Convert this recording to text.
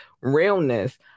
realness